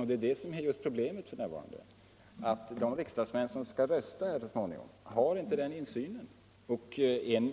och det är det som är problemet f.n. De riksdagsmän som så småningom skall rösta i ärendet har inte den insyn som krävs för att avgöra detta.